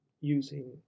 using